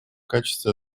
качестве